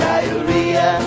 Diarrhea